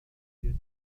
keine